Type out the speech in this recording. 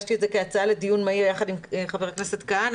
הגשתי את זה כהצעה לדיון מהיר יחד עם ח"כ כהנא